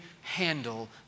handle